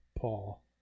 Paul